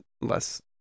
less